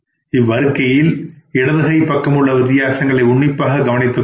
இவ்வறிக்கையில் இடது கை பக்கம் உள்ள வித்தியாசங்களை உன்னிப்பாக கவனித்துக் கொள்ளவும்